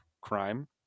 crime